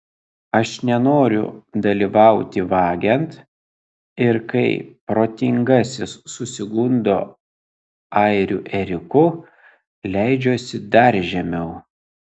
aš nenoriu dalyvauti vagiant ir kai protingasis susigundo airių ėriuku leidžiuosi dar žemiau